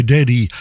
Daddy